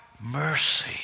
mercy